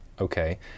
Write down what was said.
Okay